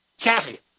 Cassie